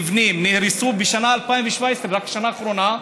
2,000 מבנים נהרסו בשנת 2017, רק בשנה האחרונה,